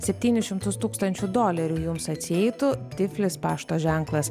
septynis šimtus tūkstančių dolerių jums atsieitų tiflis pašto ženklas